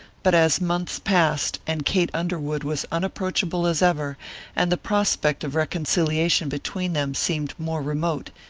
but as months passed and kate underwood was unapproachable as ever and the prospect of reconciliation between them seemed more remote,